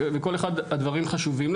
לכל אחד הדברים חשובים לו,